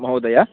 महोदयः